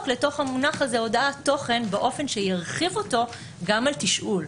לתוך המונח הזה הודעת תוכן באופן שירחיב אותו גם על תשאול.